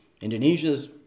Indonesia's